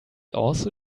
also